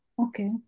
okay